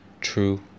true